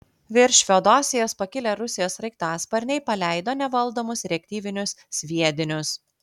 virš feodosijos pakilę rusijos sraigtasparniai paleido nevaldomus reaktyvinius sviedinius